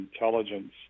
intelligence